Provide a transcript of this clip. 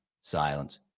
silence